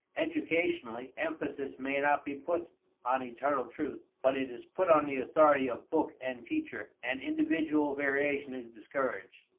educationally, emphasis may not be put on eternal truth, but it is put on the authority of book and teacher, and individual variation is discouraged.